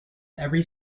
every